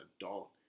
adult